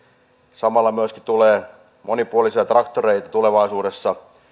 samalla myöskin tulee monipuolisia traktoreita tulevaisuudessa